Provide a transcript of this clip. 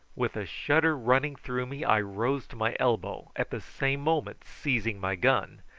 with a shudder running through me i rose to my elbow, at the same moment seizing my gun,